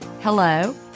hello